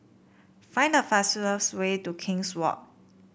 find the fastest way to King's Walk